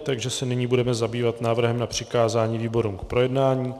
Takže se nyní budeme zabývat návrhem na přikázání výborům k projednání.